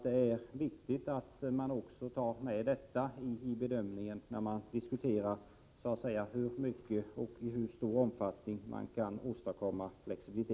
Det är viktigt att man tar med detta i bedömningen när man diskuterar i vilken utsträckning man kan ha flexibilitet.